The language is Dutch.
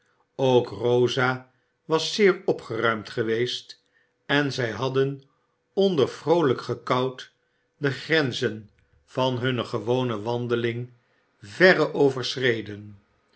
ook rosa was zeer opgeruimd geweest en zij hadden onder vroolijk gekout dé grenzen van hunne gewone wandeling verre overschreden